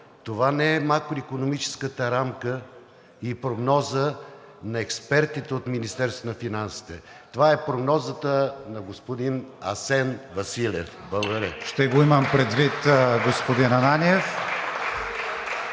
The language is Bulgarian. това не е макроикономическата рамка и прогноза на експертите от Министерството на финансите, а това е прогнозата на господин Асен Василев. Благодаря. (Ръкопляскания